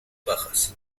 bajas